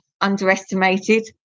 underestimated